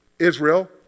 Israel